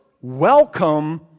welcome